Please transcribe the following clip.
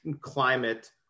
climate